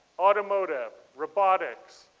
automotive. robotics.